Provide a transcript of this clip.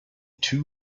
two